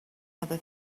other